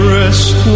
rest